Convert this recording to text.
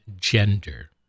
gender